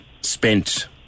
spent